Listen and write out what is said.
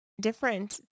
different